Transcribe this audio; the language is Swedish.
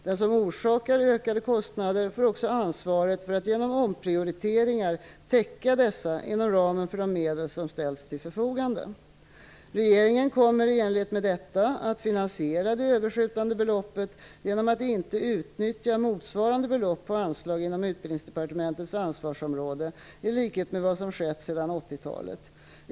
Den som orsakar ökade kostnader får också ansvaret för att genom omprioriteringar täcka dessa inom ramen för de medel som ställts till förfogande. Regeringen kommer, i enlighet med detta, att finansiera det överskjutande beloppet genom att inte utnyttja motsvarande belopp på anslag inom Utbildningsdepartementets ansvarsområde, i likhet med vad som skett sedan 80-talet.